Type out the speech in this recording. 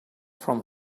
from